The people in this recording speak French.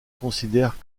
considèrent